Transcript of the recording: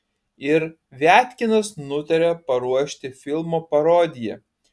ir viatkinas nutarė paruošti filmo parodiją